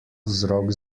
vzrok